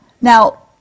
Now